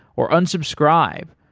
or unsubscribe,